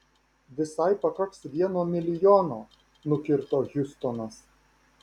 visai pakaks vieno milijono nukirto hiustonas